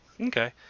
Okay